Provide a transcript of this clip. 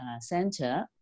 center